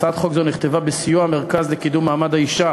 הצעת חוק זו נכתבה בסיוע המרכז לקידום מעמד האישה